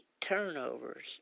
turnovers